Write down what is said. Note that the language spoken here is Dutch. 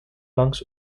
langs